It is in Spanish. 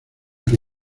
que